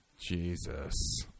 Jesus